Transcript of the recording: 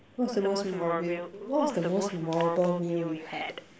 what's the most memorable what was the most memorable meal you had